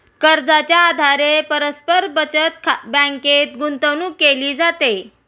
कर्जाच्या आधारे परस्पर बचत बँकेत गुंतवणूक केली जाते